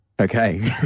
Okay